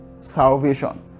salvation